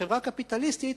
לחברה קפיטליסטית,